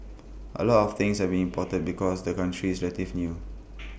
A lot of things have imported because the country is relative new